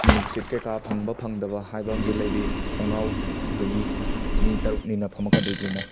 ꯅꯨꯡꯁꯤꯠ ꯀꯩꯀꯥ ꯐꯪꯕ ꯐꯪꯗꯕ ꯍꯥꯏꯕ ꯑꯃꯁꯨ ꯂꯩꯔꯤ ꯊꯣꯡꯅꯥꯎꯗꯨꯒꯤ ꯃꯤ ꯇꯔꯨꯛꯅꯤꯅ ꯐꯝꯃꯛꯀꯗꯣꯏꯁꯤꯅ